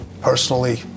Personally